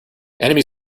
enemy